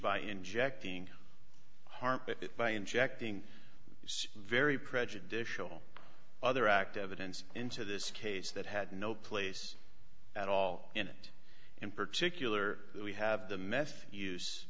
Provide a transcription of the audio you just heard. by injecting harm by injecting some very prejudicial other act evidence into this case that had no place at all and in particular we have the meth use